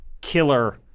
killer